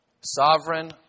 sovereign